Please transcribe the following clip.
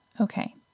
Okay